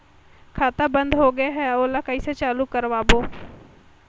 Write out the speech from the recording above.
खाता बन्द होगे है ओला कइसे चालू करवाओ?